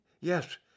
Yes